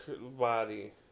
body